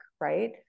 right